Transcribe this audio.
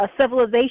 civilization